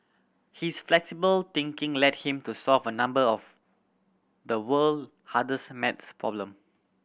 his flexible thinking led him to solve a number of the world hardest math problem